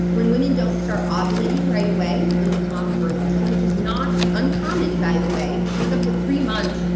when women don't start ah ovulating right away when they come off of birth control, which is not uncommon, by the way, it can take up to three months,